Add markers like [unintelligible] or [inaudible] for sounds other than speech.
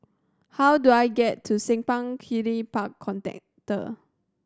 how do I get to Simpang Kiri Park [unintelligible]